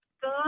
Good